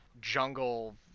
jungle